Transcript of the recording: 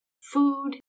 food